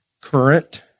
current